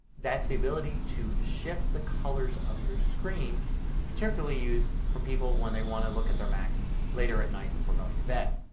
that's the ability to shift the colors of your screen particularly used for people when they want to look at their macs later at night before going to bed.